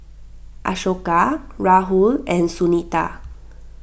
Ashoka Rahul and Sunita